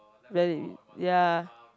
ya